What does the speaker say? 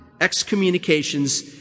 excommunications